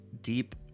deep